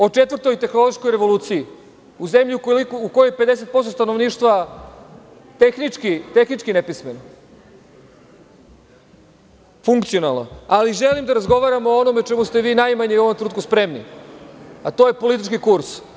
O četvrtoj tehnološkoj revoluciji, u zemlji u kojoj je 50% stanovništava tehnički nepismeno, funkcionalno, ali želim da razgovaram o onome o čemu ste vi u ovom trenutku najmanje spremni, a to je politički kurs.